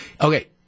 Okay